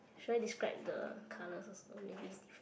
should I describe the colors first or maybe is different